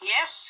Yes